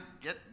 get